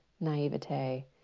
naivete